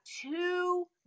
two